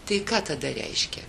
tai ką tada reiškia